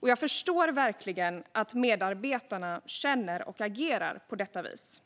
Jag förstår verkligen att medarbetarna känner och agerar på detta vis.